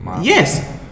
Yes